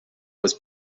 was